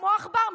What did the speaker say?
כמו עכבר,